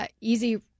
easy